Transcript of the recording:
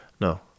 no